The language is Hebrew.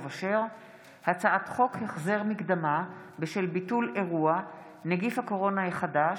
הצעת חוק החזר מקדמה בשל ביטול אירוע (נגיף הקורונה החדש),